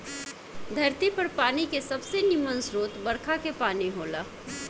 धरती पर पानी के सबसे निमन स्रोत बरखा के पानी होला